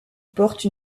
porte